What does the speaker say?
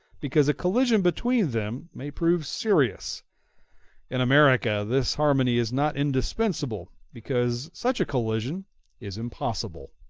because a collision between them may prove serious in america, this harmony is not indispensable, because such a collision is impossible.